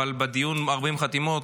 אבל בדיון 40 חתימות,